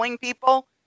people